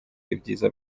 ibyiza